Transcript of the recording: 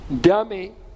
dummy